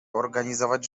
organizować